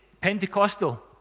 Pentecostal